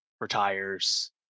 retires